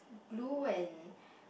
blue and